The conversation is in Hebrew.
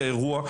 זה אירוע,